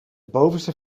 bovenste